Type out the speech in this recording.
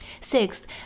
Sixth